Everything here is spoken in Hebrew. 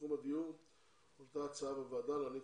בתחום הדיור הועלתה הצעה בוועדה להעניק